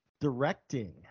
directing